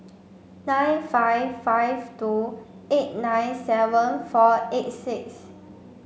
nine five five two eight nine seven four eight six